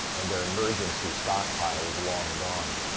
and their emergency stockpile is long gone.